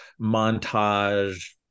montage